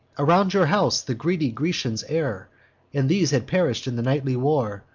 around your house the greedy grecians err and these had perish'd in the nightly war,